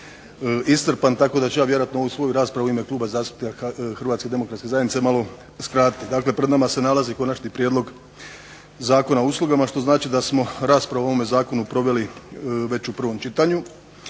iscrpan, tako da ću ja vjerojatno ovu svoju raspravu u ime Kluba zastupnika Hrvatske demokratske zajednice malo skratiti. Dakle pred nama se nalazi Konačni prijedlog Zakona o uslugama, što znači da smo raspravu o ovome zakonu proveli već u prvom čitanju,